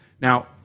Now